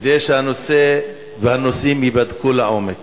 כדי שהנושא והנושאים ייבדקו לעומק